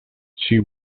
she